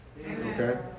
okay